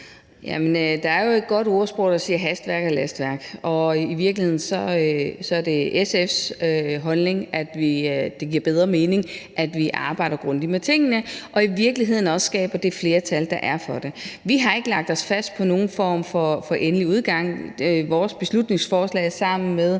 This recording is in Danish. Der er jo en god talemåde, der siger, at hastværk er lastværk, og i virkeligheden er det SF's holdning, at det giver bedre mening, at vi arbejder grundigt med tingene og i virkeligheden også skaber det flertal, der er for det. Vi har ikke lagt os fast på nogen form for endelig udgang. Det beslutningsforslag, vi har fremsat